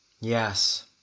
Yes